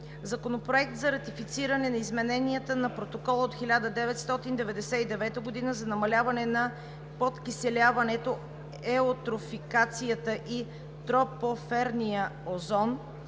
Законопроект за ратифициране на Измененията на Протокола от 1999 г. за намаляване на подкиселяването, еутрофикацията и тропосферния озон